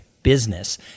Business